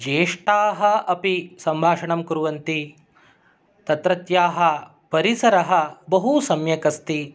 ज्येष्ठाः अपि सम्भाषणं कुर्वन्ति तत्रत्याः परिसरः बहुसम्यक् अस्ति